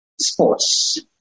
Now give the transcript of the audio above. sports